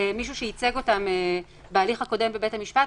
מישהו שייצג אותן בהליך הקודם בבית המשפט,